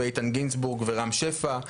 ואיתן גינזבורג ורם שפע,